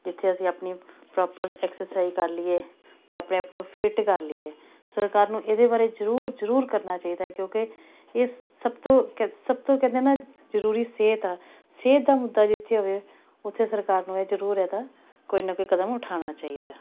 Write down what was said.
ਜਿੱਥੇ ਅਸੀਂ ਆਪਣੀ ਪ੍ਰੋਪਰ ਐਕਸਰਸਾਈਜ਼ ਕਰ ਲਈਏ ਅਤੇ ਆਪਣੇ ਆਪ ਨੂੰ ਫਿੱਟ ਕਰ ਲਈਏ ਸਰਕਾਰ ਨੂੰ ਇਹਦੇ ਬਾਰੇ ਜ਼ਰੂਰ ਜ਼ਰੂਰ ਕਰਨਾ ਚਾਹੀਦਾ ਕਿਉਂਕਿ ਇਸ ਸਭ ਕਹਿ ਤੋਂ ਸਭ ਤੋਂ ਕਹਿੰਦੇ ਨਾ ਜ਼ਰੂਰੀ ਸਿਹਤ ਆ ਸਿਹਤ ਦਾ ਮੁੱਦਾ ਜਿੱਥੇ ਹੋਵੇ ਉੱਥੇ ਸਰਕਾਰ ਨੂੰ ਇਹ ਜ਼ਰੂਰ ਇਹਦਾ ਕੋਈ ਨਾ ਕੋਈ ਕਦਮ ਉਠਾਉਣਾ ਚਾਹੀਦਾ